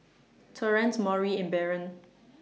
Torrance Maury and Baron